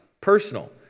personal